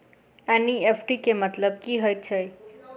NEFT केँ मतलब की हएत छै?